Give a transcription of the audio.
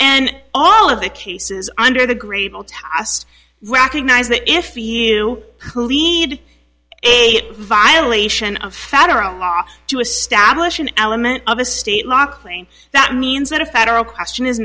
and all of the cases under the great us recognize that if need a violation of federal law to establish an element of a state law claim that means that a federal question is